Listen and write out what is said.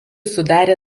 sudarė